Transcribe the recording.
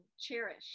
cherish